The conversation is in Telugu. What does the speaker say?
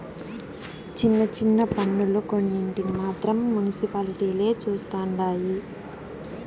చిన్న చిన్న పన్నులు కొన్నింటిని మాత్రం మునిసిపాలిటీలే చుస్తండాయి